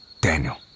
Daniel